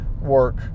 work